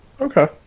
Okay